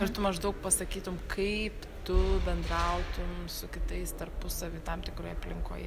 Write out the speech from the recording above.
ir tu maždaug pasakytum kaip tu bendrautum su kitais tarpusavy tam tikroje aplinkoje